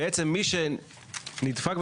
מי שנדפק,